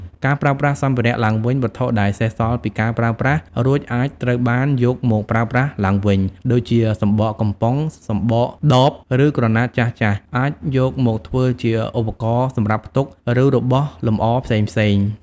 ការប្រើប្រាស់សម្ភារៈឡើងវិញ វត្ថុដែលសេសសល់ពីការប្រើប្រាស់រួចអាចត្រូវបានយកមកប្រើប្រាស់ឡើងវិញ ដូចជាសំបកកំប៉ុង សម្បកដប ឬក្រណាត់ចាស់ៗ អាចយកមកធ្វើជាឧបករណ៍សម្រាប់ផ្ទុក ឬរបស់លម្អផ្សេងៗ។